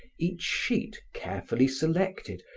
each sheet carefully selected,